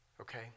Okay